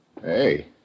Hey